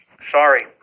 sorry